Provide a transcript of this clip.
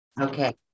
okay